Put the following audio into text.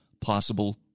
possible